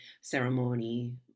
ceremony